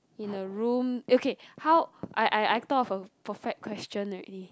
in a room okay how I I though of a perfect question already